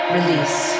release